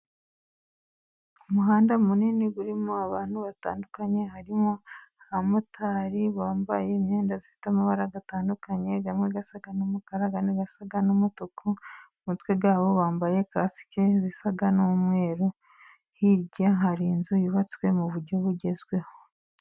Umuhanda munini urimo abantu batandukanye, harimo abamotari bambaye imyenda ifite amabara atandukanye, amwe asa n'umukara, n'asa n'umutuku, mu mutwe wa bo bambaye casike zisa n'umweru, hirya hari inzu yubatswe muburyo bugezweho.